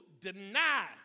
deny